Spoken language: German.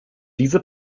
diese